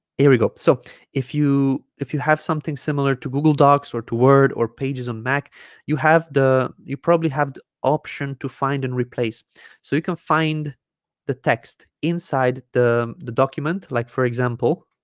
here we go so if you if you have something similar to google docs or to word or pages on mac you have the you probably have the option to find and replace so you can find the text inside the the document like for example